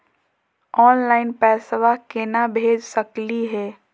Online पैसवा केना भेज सकली हे?